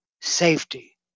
Safety